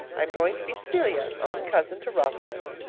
i am going to be celia, own cousin to rosalind.